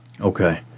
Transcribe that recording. Okay